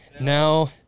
Now